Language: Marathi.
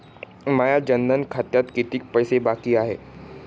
माया जनधन खात्यात कितीक पैसे बाकी हाय?